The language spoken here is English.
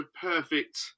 perfect